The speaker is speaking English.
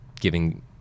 giving